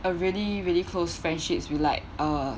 a really really close friendships with like uh